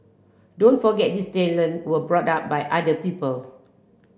don't forget these talent were brought up by other people